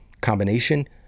combination